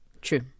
True